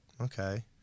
okay